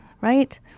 right